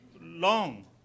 long